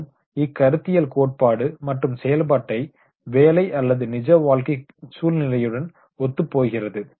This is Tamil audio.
மேலும் இக்கருத்தியல் கோட்பாடு மற்றும் செயல்பாட்டை பணியறிவு அல்லது நிஜ வாழ்க்கை சூழ்நிலையுடன் ஒத்துப்போகிறது